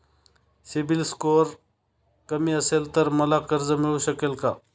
CIBIL score कमी असेल तर मला कर्ज मिळू शकेल का?